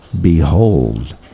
behold